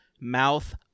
mouth